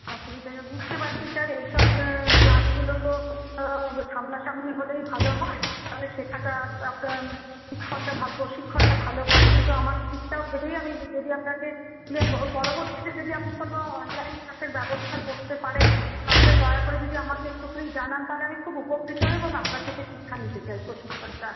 অসুবিধা বুঝতে পারছি স্যার এইসব ক্লাসগুলো তো সামনাসামনি হলেই ভালো হয় তাহলে শেখাটা আপনার শিক্ষণটা প্রশিক্ষণটা ভালো হয় কিন্তু আমার দিকটাও ভেবেই আমি যদি আপনাকে পরবর্তীতে যদি আপনি কোন অনলাইন ক্লাসের ব্যবস্থা করতে পারেন তাহলে দয়া করে যদি আমাকে একটুখানি জানান তাহলে আমি খুব উপকৃত হই এবং আপনার থেকে শিক্ষা নিতে চাই প্রশিক্ষণটা